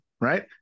right